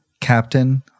Captain